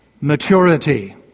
maturity